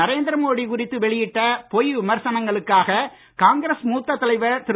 நரேந்திர மோடி குறித்து வெளியிட்ட பொய் விமர்சனங்களுக்காக காங்கிரஸ் மூத்த தலைவர் திரு